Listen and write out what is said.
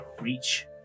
reach